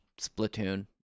Splatoon